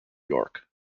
york